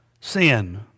sin